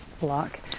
block